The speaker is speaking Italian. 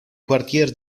quartier